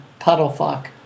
Puddlefuck